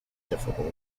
difficult